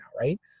right